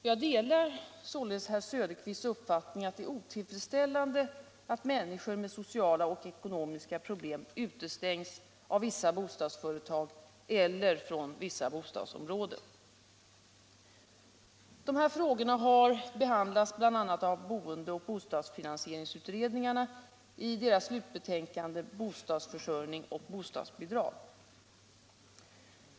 Jag delar således herr Söderqvists uppfattning att det är otillfredsställande att människor med sociala och ekonomiska problem utestängs av vissa bostadsföretag eller från vissa bostadsområden. Dessa frågor har behandlats bl.a. av boende och bostadsfinansieringsutredningarna i slutbetänkandet Bostadsförsörjning och bostadsbidrag.